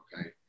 okay